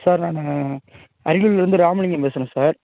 sir நானு அரியலூர்லேருந்து ராமலிங்கம் பேசுகிறேன் சார்